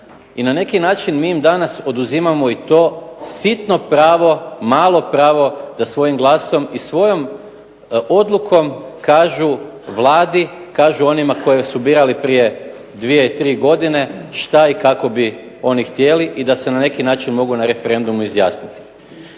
i na neki način mi im danas oduzimamo i to sitno pravo, malo pravo da svojim glasom i svojom odlukom kažu Vladi, kažu onima koje su birali prije dvije i tri godine šta i kako bi oni htjeli i da se na neki način mogu na referendumu izjasniti.